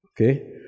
Okay